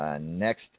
Next